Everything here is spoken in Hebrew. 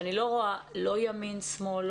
שאני לא רואה לא ימין שמאל,